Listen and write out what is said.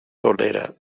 tolera